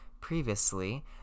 previously